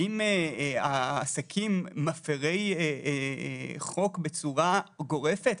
האם העסקים מפירי חוק בצורה גורפת?